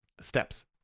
steps